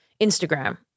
Instagram